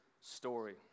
story